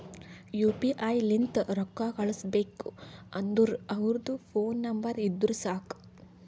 you P I ಲಿಂತ್ ರೊಕ್ಕಾ ಕಳುಸ್ಬೇಕ್ ಅಂದುರ್ ಅವ್ರದ್ ಫೋನ್ ನಂಬರ್ ಇದ್ದುರ್ ಸಾಕ್